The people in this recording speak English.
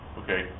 okay